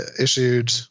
issued